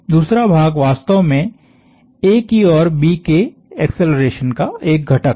दूसरा भाग वास्तव में A की ओर B के एक्सेलरेशन का एक घटक है